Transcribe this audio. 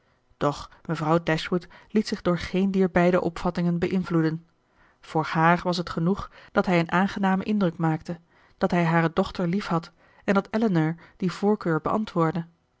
doch mevrouw dashwood liet zich door geen dier beide opvattingen beïnvloeden voor haar was het genoeg dat hij een aangenamen indruk maakte dat hij hare dochter liefhad en dat elinor die voorkeur beantwoordde